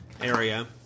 area